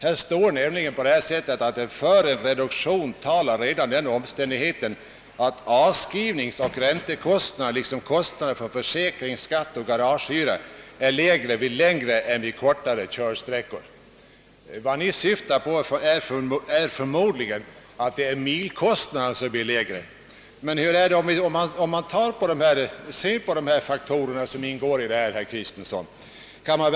Där står nämligen så här: »För en sådan reduktion talar redan den omständigheten att avskrivningsoch räntekostnader liksom kostnader för försäkring, skatt och garagehyra är lägre vid längre än vid kortare körsträckor.» Vad ni menar är förmodligen att milkostnaden blir lägre om man slår ut de fasta kostnaderna på ett större antal mil. Men hur är det, om man ser på de faktorer som ingår här?